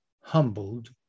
humbled